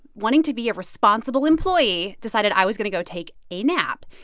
wanting to be a responsible employee, decided i was going to go take a nap.